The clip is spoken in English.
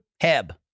Heb